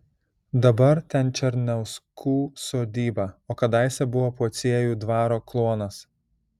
dabar ten černiauskų sodyba o kadaise buvo pociejų dvaro kluonas